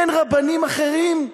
אין רבנים אחרים?